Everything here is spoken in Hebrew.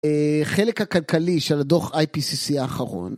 חלק הכלכלי של הדוח IPCC האחרון.